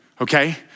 okay